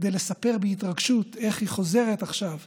כדי לספר בהתרגשות איך היא חוזרת עכשיו ממפגש,